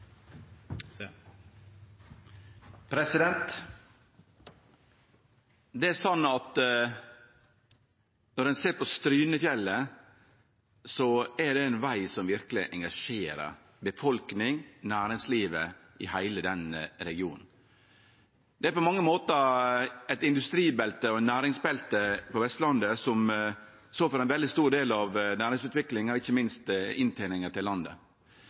Når ein ser på rv. 15 Strynefjellet, er det ein veg som verkeleg engasjerer befolkninga og næringslivet i heile den regionen. Det er på mange måtar eit industribelte og eit næringsbelte på Vestlandet som står for ein veldig stor del av næringsutviklinga og ikkje minst innteninga til landet.